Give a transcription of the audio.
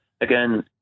again